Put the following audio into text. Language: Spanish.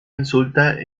insulta